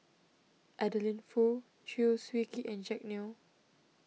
Adeline Foo Chew Swee Kee and Jack Neo